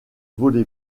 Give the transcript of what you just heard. volley